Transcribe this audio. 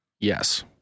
Yes